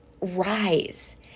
rise